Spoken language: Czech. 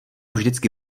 vždycky